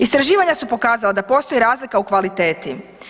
Istraživanja su pokazala da postoji razlika u kvaliteti.